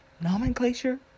nomenclature